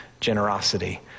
generosity